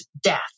death